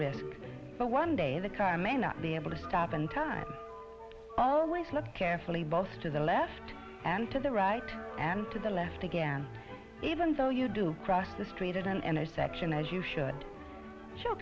risk but one day the car may not be able to stop in time always look carefully both to the left and to the right and to the left again even though you do cross the street at an intersection and you should sh